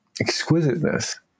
exquisiteness